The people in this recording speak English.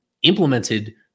implemented